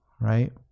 Right